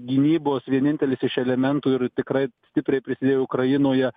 gynybos vienintelis iš elementų ir tikrai stipriai prisidėjo ukrainoje